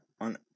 On